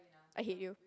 I hate you